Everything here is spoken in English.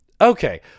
Okay